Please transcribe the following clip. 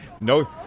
no